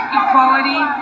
equality